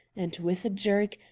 and, with a jerk,